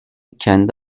kendi